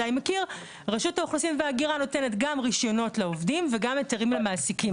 רשות האוכלוסין וההגירה נותנת גם רישיונות לעובדים וגם היתרים למעסיקים.